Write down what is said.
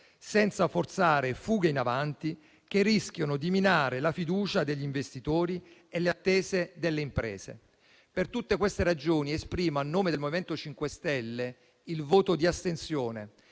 senza forzare fughe in avanti che rischiano di minare la fiducia degli investitori e le attese delle imprese. Per tutte queste ragioni esprimo, a nome del MoVimento 5 Stelle, il voto di astensione,